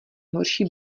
horší